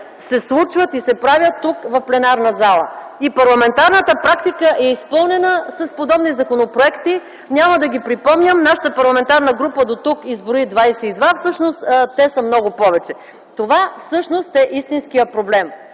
се случват и се правят тук, в пленарната зала. Парламентарната практика е изпълнена с подобни законопроекти. Няма да ги припомням. Нашата парламентарна група дотук изброи 22, но всъщност те са много повече. Всъщност това е истинския проблем